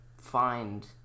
find